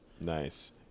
Nice